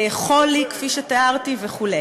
חולי כפי שתיארתי וכו'.